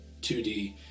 2D